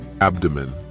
abdomen